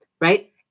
right